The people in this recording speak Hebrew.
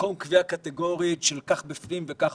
במקום קביעה קטגורית של כך בפנים וכך